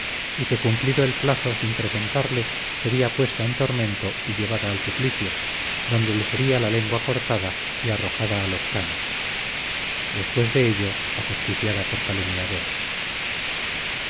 y que cumplido el plazo sin presentarle sería puesta en tormento y llevada al suplicio donde le sería la lengua cortada y arrojada a los canes después de ello ajusticiada por calumniadora